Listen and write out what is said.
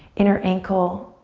inner ankle,